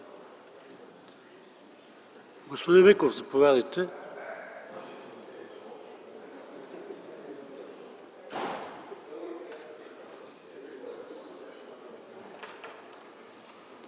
Господин Миков, заповядайте.